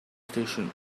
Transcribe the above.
station